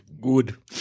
Good